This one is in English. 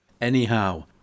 Anyhow